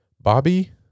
Bobby